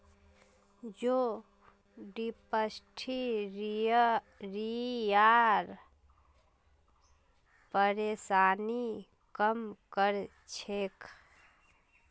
जौ डिप्थिरियार परेशानीक कम कर छेक